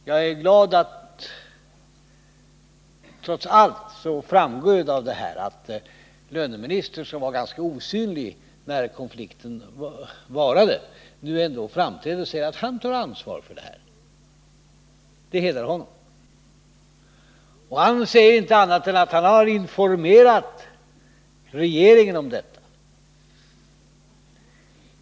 Jag är trots allt glad att löneministern, som var ganska osynlig så länge konflikten varade, nu ändå framträder och säger att han tar sitt ansvar. Det hedrar honom. Han säger inte annat än att han informerade regeringen om avtalsbudet.